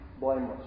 blameless